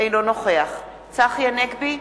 אינו נוכח צחי הנגבי,